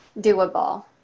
doable